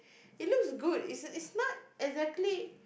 it looks good it's it's not exactly